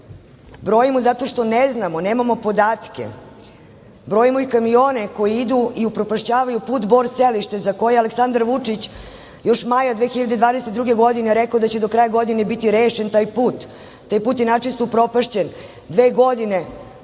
brojimo zato što ne znamo, nemamo podatke. Brojimo i kamione koji idu i upropašćavaju put Bor –Selište, za koji je Aleksandar Vučić još maja 2022. godine rekao da će do kraja godine biti rešen taj put. Taj put je načisto upropašćen. Dve godine